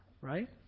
right